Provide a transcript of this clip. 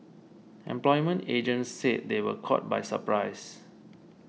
employment agents said they were caught by surprise